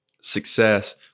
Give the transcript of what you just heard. success